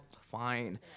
fine